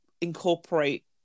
incorporate